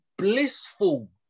blissful